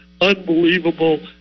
Unbelievable